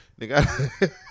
Nigga